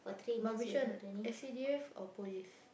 but which one S_C_D_F or police